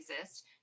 exist